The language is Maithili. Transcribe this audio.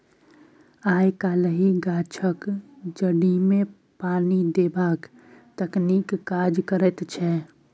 आय काल्हि गाछक जड़िमे पानि देबाक तकनीक काज करैत छै